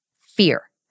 Fear